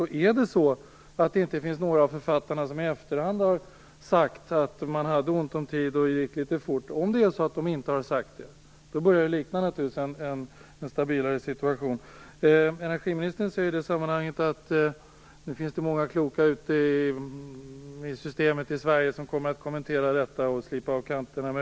Om det är så att inte någon av författarna i efterhand har sagt att man hade litet ont om tid och att arbetet gick litet för fort, börjar det naturligtvis likna en stabilare situation. Energiministern säger i det sammanhanget att det finns många kloka ute i systemet i Sverige som kommer att kommentera detta och möjligen slipa av kanterna.